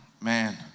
man